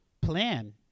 plan